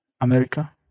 America